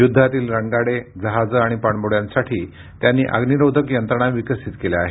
युद्धातील रणगाडे जहाजं आणि पाणबुड्यांसाठी त्यांनी अग्नीरोधक यंत्रणा विकसित केल्या आहेत